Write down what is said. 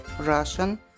Russian